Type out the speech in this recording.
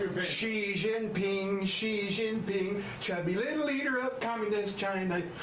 xi jinping, xi jinping, chubby little leader of communist china.